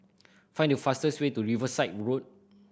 find the fastest way to Riverside Road